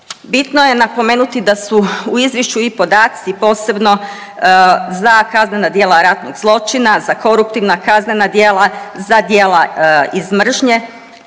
Bitno je napomenuti da su u Izvješću i podaci posebno za kaznena djela ratnog zločina, za koruptivna kaznena djela, za djela iz mržnje,